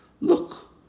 Look